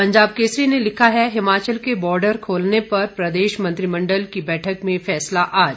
पंजाब केसरी ने लिखा है हिमाचल के बॉर्डर खोलने पर प्रदेश मंत्रिमण्डल की बैठक में फैसला आज